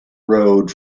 road